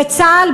וצה"ל,